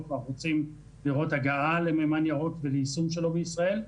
ואנחנו רוצים לראות הגעה למימן ירוק וליישום שלו בישראל.